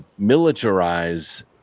militarize